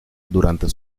durante